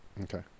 okay